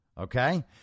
Okay